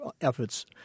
efforts